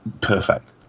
perfect